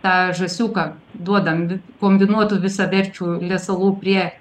tą žąsiuką duodam kombinuotų visaverčių lesalų prie